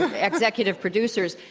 ah executive producers.